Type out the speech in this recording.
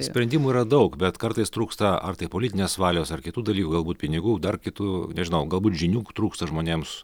sprendimų yra daug bet kartais trūksta ar tai politinės valios ar kitų dalykų galbūt pinigų dar kitų nežinau galbūt žinių trūksta žmonėms